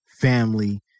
family